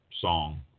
song